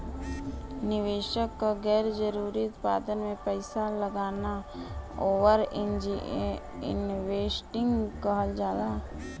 निवेशक क गैर जरुरी उत्पाद में पैसा लगाना ओवर इन्वेस्टिंग कहल जाला